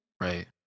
Right